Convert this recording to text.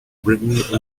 written